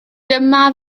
dyma